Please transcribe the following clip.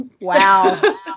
Wow